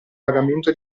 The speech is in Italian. pagamento